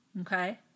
okay